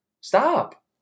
Stop